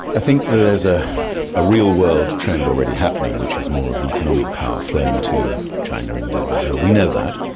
i think there is a ah real world trend already happening which is more of the economic power flowing to china, india, brazil, we know that.